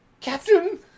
Captain